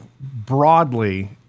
broadly